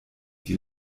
die